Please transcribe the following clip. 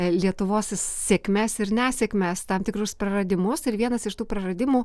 lietuvos sėkmes ir nesėkmes tam tikrus praradimus ir vienas iš tų praradimų